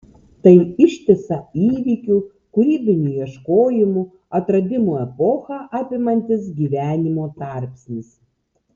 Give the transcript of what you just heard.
tai ištisą įvykių kūrybinių ieškojimų atradimų epochą apimantis gyvenimo tarpsnis